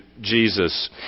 Jesus